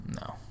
No